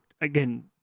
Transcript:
again